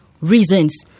reasons